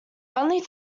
only